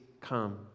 come